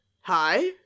Hi